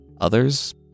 Others